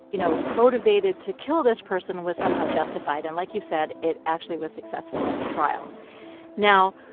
you know, motivated to kill this person was somehow justified. and like you said, it actually was successful in the trial now,